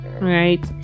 Right